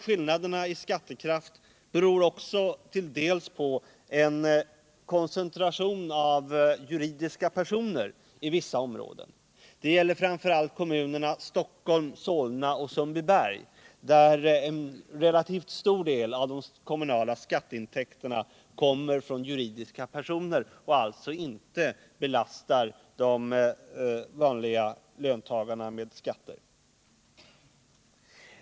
Skillnaderna i skattekraft beror också till dels på en koncentration av juridiska personer i vissa områden. Det gäller framför allt kommunerna Stockholm, Solna och Sundbyberg, där en relativt stor del av de kommunala skatteintäkterna kommer från juridiska personer, och de vanliga löntagarna belastas då inte med så höga skatter.